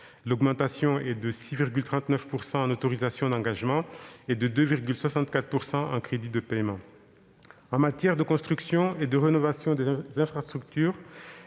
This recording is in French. : une hausse de 6,39 % en autorisations d'engagement et de 2,64 % en crédits de paiement. En matière de construction et de rénovation des infrastructures,